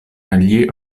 gli